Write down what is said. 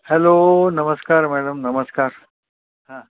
hello नमस्कार madam नमस्कार हां